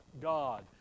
God